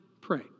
pray